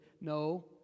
No